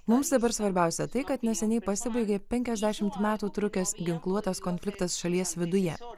mums dabar svarbiausia tai kad neseniai pasibaigė penkiasdešimt metų trukęs ginkluotas konfliktas šalies viduje